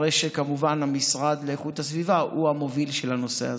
הרי שכמובן המשרד לאיכות הסביבה הוא המוביל של הנושא הזה.